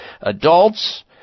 adults